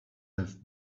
have